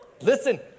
listen